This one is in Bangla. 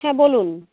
হ্যাঁ বলুন